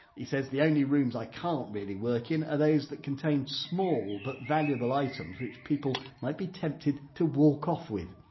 he the only rooms i can't really work in are those that contain small but valuable items which people might be tempted to walk off with.